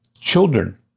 children